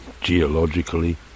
geologically